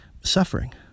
suffering